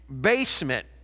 basement